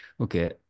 Okay